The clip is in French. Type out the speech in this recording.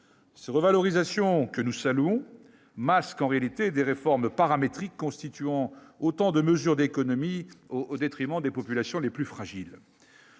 ces revalorisations, que nous saluons masque en réalité des réforme paramétrique constituant autant de mesures d'économie au au détriment des populations les plus fragiles.